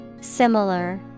Similar